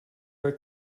her